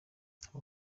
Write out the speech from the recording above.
ntabwo